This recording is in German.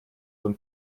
von